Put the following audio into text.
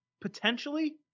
potentially